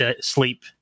sleep